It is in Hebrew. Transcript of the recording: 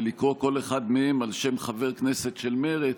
לקרוא כל אחד מהם על שם חבר כנסת של מרצ,